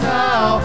now